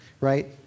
Right